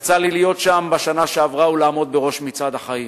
יצא לי להיות שם בשנה שעברה ולעמוד בראש "מצעד החיים".